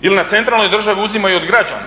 ili na centralnoj državi uzima i od građana,